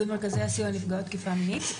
מאגוד מרכזי הסיוע נפגעות תקיפה מינית.